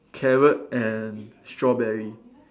carrot and strawberry